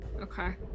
Okay